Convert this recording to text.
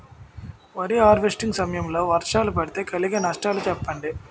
వరి హార్వెస్టింగ్ సమయం లో వర్షాలు పడితే కలిగే నష్టాలు చెప్పండి?